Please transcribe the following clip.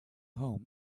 home